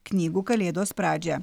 knygų kalėdos pradžią